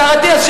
השר אטיאס,